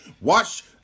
Watch